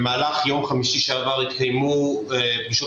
במהלך יום חמישי שעבר התקיימו פגישות